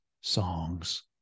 songs